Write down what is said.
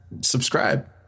subscribe